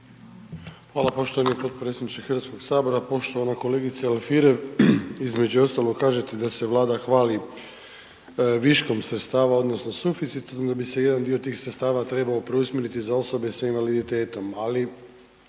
Hvala poštovani potpredsjedniče HS-a, poštovana kolegice Alfirev. Između ostalog kažete da se Vlada hvali viškom sredstava odnosno suficitom da bi se jedan dio tih sredstava trebao preusmjeriti za osobe sa invaliditetom, ali,